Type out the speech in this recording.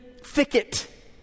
thicket